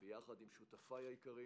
יחד עם שותפיי היקרים.